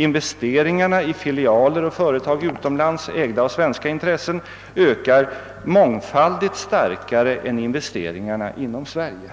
Investeringarna i filialer och företag utomlands, ägda av svenska intressen, ökar mångfaldigt starkare än investeringarna inom Sverige.